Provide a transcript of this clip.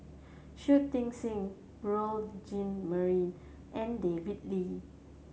Shui Tit Sing Beurel Jean Marie and David Lee